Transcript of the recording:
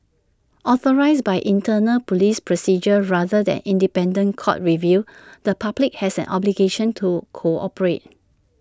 authorised by internal Police procedures rather than independent court review the public has an obligation to cooperate